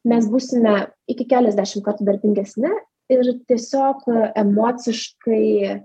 mes būsime iki keliasdešim kartų darbingesni ir tiesiog emociškai